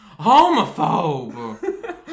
Homophobe